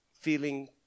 feeling